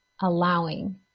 allowing